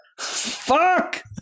Fuck